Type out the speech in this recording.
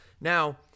Now